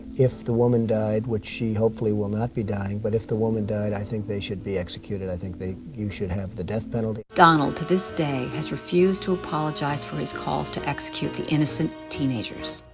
if the woman died, which she hopefully will not be dying but if the woman died, i think they should be executed. i think they, you should have the death penalty. donald to this day has refused to apologize for his calls to execute the innocent teenagers.